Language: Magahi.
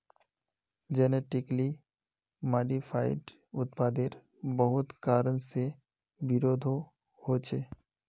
जेनेटिकली मॉडिफाइड उत्पादेर बहुत कारण से विरोधो होछे